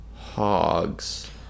hogs